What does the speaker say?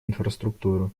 инфраструктуры